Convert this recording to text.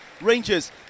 Rangers